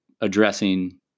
addressing